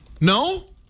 No